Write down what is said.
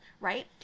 right